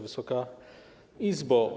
Wysoka Izbo!